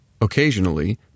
Occasionally